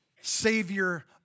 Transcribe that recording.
Savior